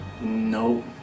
no